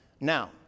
Now